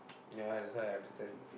ya that's why I understand